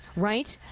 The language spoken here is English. right?